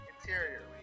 Interior